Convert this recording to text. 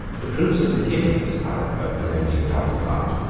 the troops of licinius, however, presenting a double front,